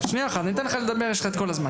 שניה אחת, אני אתן לך לדבר, יש לך את כל הזמן.